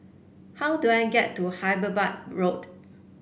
how do I get to Hyderabad Road